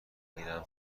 گیرم